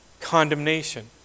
condemnation